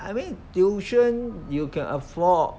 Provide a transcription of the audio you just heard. I mean tuition you can afford